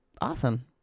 Awesome